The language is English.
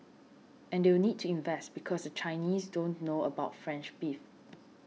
and they'll need to invest because the Chinese don't know about French beef